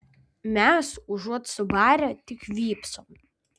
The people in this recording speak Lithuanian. mes užuot subarę tik vypsom